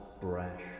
brash